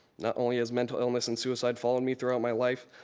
not only has mental illness and suicide followed me throughout my life,